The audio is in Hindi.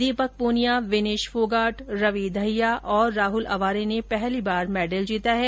दीपक पूनिया विनेश फोगाट रवी दहिया और राहुल अवारे ने पहली बार मेडल जीता है